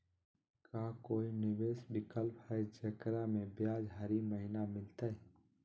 का कोई निवेस विकल्प हई, जेकरा में ब्याज हरी महीने मिलतई?